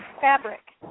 fabric